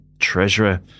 treasurer